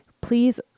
please